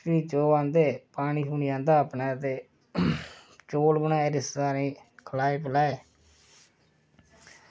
ते चौल आंदे पानी आंदा अपने ते चौल बनाए रिश्तेदारें ई खिलाए पिलाए